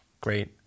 Great